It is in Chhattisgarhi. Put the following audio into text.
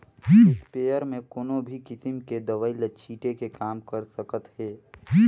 इस्पेयर म कोनो भी किसम के दवई ल छिटे के काम कर सकत हे